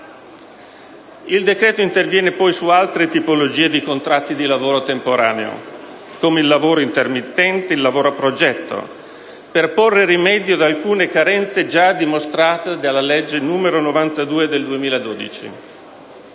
Il decreto-legge interviene poi su altre tipologie di contratti di lavoro temporaneo, come il lavoro intermittente e quello a progetto, per porre rimedio ad alcune carenze gia dimostrate dalla legge n. 92 del 2012.